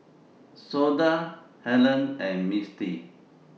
Shonda Hellen and Mistie